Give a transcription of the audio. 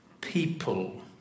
people